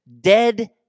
Dead